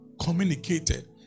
communicated